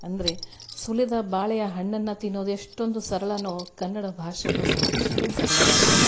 ಅಂದರೆ ಸುಲಿದ ಬಾಳೆಯ ಹಣ್ಣನ್ನು ತಿನ್ನೋದು ಎಷ್ಟೊಂದು ಸರಳವೋ ಕನ್ನಡ ಭಾಷೆಯೂ ಸಹ ಅಷ್ಟೇ ಸರಳವಾದದ್ದು